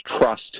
trust